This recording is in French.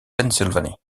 pennsylvanie